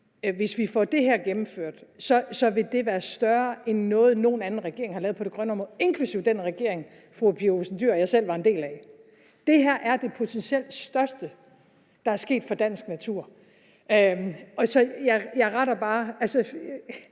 hvis vi får det her gennemført, vil det være større end noget, nogen anden regering har lavet på det grønne område, inklusive den regering, fru Pia Olsen Dyhr og jeg selv var en del af. Det her er det potentielt største, der er sket for dansk natur. Jeg retter